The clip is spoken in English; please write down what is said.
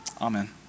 Amen